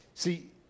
See